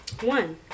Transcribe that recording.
One